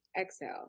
exhale